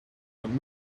but